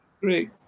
great